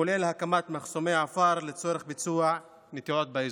כולל הקמת מחסומי עפר לצורך ביצוע נטיעות באזור.